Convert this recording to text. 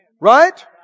Right